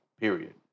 period